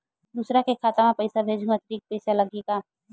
दूसरा के खाता म पईसा भेजहूँ अतिरिक्त पईसा लगही का?